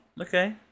okay